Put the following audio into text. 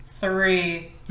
three